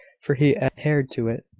for he adhered to it,